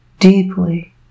deeply